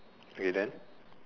okay then